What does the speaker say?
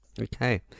Okay